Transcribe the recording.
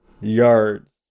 yards